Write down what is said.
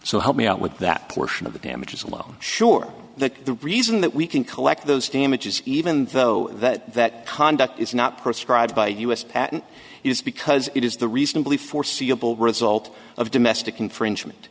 so help me out with that portion of the damages alone sure that the reason that we can collect those damages even though that that conduct is not proscribed by us is because it is the reasonably for seeable result of domestic infringement